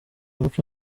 muco